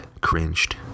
cringed